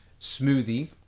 smoothie